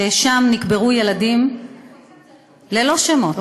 שבה נקברו ילדים ללא שמות,